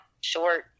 short